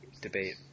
debate